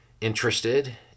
interested